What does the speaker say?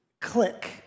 click